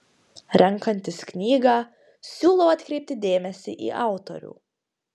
renkantis knygą siūlau atkreipti dėmesį į autorių